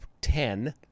ten